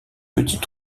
petits